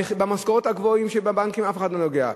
במשכורות הגבוהות שבבנקים אף אחד לא נוגע.